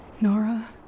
Nora